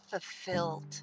fulfilled